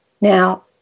Now